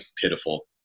pitiful